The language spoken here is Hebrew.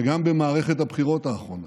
וגם במערכת הבחירות האחרונה.